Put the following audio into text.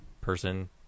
person